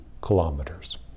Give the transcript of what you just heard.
kilometers